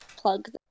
Plug